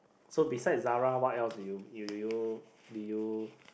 so besides Zara what else do you do you did you